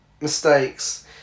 mistakes